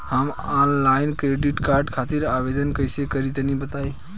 हम online credit card खातिर आवेदन कइसे करि तनि बताई?